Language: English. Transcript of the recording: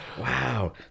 Wow